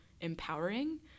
empowering